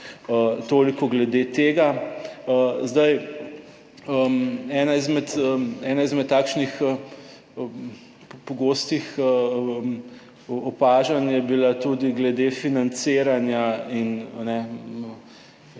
Toliko glede tega. Zdaj, ena izmed takšnih pogostih opažanj je bila tudi glede financiranja in